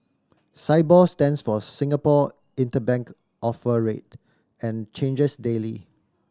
Sibor stands for Singapore Interbank Offer Rate and changes daily